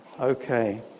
Okay